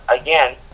again